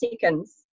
seconds